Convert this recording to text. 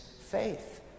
faith